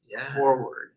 forward